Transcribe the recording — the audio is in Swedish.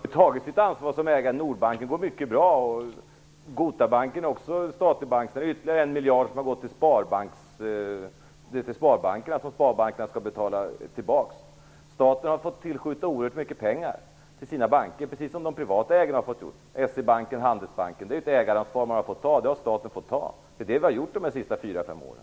Fru talman! Staten har tagit sitt ansvar som ägare. Nordbanken går mycket bra, och Gotabanken är också en statlig bank. Sedan är det ytterligare en miljard som har gått till Sparbankerna och som de skall betala tillbaka. Staten har fått tillskjuta oerhört mycket pengar till sina banker, precis som de privata ägarna, S-E Banken och Handelsbanken, har gjort. Det är ett ägaransvar som staten har fått ta. Det har man gjort de här senaste fyra fem åren.